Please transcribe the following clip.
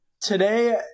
today